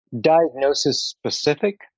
diagnosis-specific